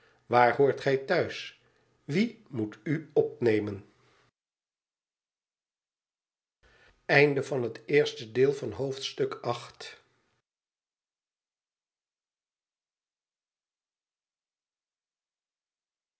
waar hoort gij thuis wie moet u opnemen